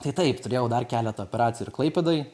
tai taip turėjau dar keletą operacijų ir klaipėdoj